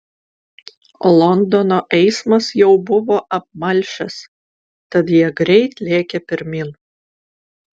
londono eismas jau buvo apmalšęs tad jie greit lėkė pirmyn